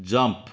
jump